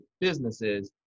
businesses